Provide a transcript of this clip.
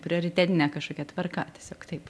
prioritetine kažkokia tvarka tiesiog taip